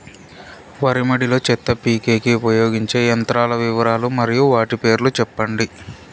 వరి మడి లో చెత్త పీకేకి ఉపయోగించే యంత్రాల వివరాలు మరియు వాటి రేట్లు చెప్పండి?